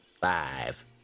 Five